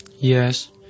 yes